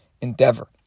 endeavor